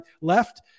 left